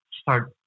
start